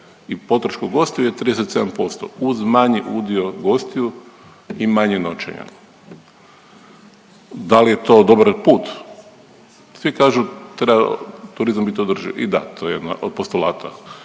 i potrošku gostiju je 37% uz manji udio gostiju i manje noćenja. Da li je to dobar put? Svi kažu treba turizam bit održiv. I da, to je jedna od postulata,